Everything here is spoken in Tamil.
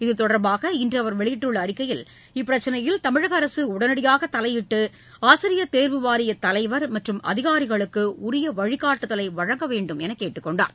இத்தொடர்பாக இன்று அவர் வெளியிட்டுள்ள அறிக்கையில் இப்பிரச்சினையில் தமிழக அரசு உடனடியாக தலையிட்டு ஆசிரியர் தேர்வு வாரிய தலைவர் மற்றும் அதிகாரிகளுக்கு உரிய வழிகாட்டுதலை வழங்க வேண்டும் என்று கேட்டுக் கொண்டார்